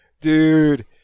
dude